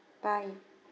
bye